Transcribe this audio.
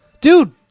Dude